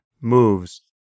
moves